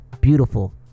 beautiful